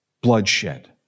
bloodshed